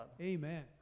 Amen